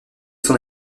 son